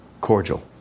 cordial